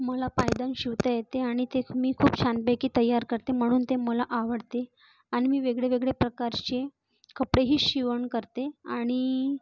मला पायदान शिवता येते आणि ते मी खूप छानपैकी तयार करते म्हणून ते मला आवडते आणि मी वेगळे वेगळे प्रकारचे कपडेही शिवण करते आणि